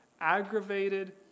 aggravated